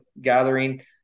gathering